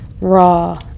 raw